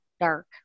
dark